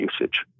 usage